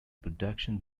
production